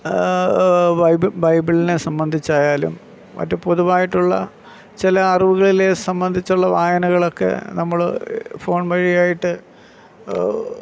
ബൈബിളിനെ സംബന്ധിച്ചായാലും മറ്റു പൊതുവായിട്ടുള്ള ചില അറിവുകളെ സംബന്ധിച്ചുള്ള വായനകളൊക്കെ നമ്മൾ ഫോണ് വഴി ആയിട്ട്